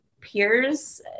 peers